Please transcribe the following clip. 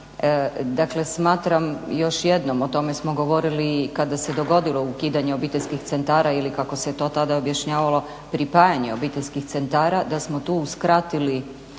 Dakle, smatram još jednom, o tome smo govorili i kada se dogodilo ukidanje obiteljskih centara ili kako se to tada objašnjavalo, pripajanje obiteljskih centara, da smo tu uskratili